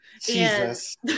Jesus